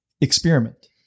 experiment